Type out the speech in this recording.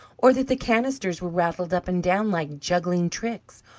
or that the canisters were rattled up and down like juggling tricks,